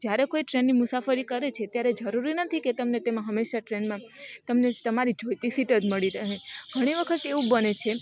જ્યારે કોઈ ટ્રેનની મુસાફરી કરે છે ત્યારે જરૂરી નથી કે તમને તેમાં હંમેશાં ટ્રેનમાં તમને તમારી જોઈતી સીટ જ મળી રહે ઘણી વખત એવું બને છે